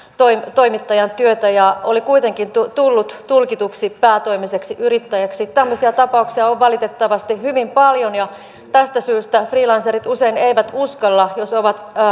toimittajan työtä ja oli kuitenkin tullut tulkituksi päätoimiseksi yrittäjäksi tällaisia tapauksia on valitettavasti hyvin paljon ja tästä syystä freelancerit usein eivät uskalla jos ovat